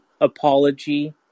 Apology